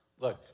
Look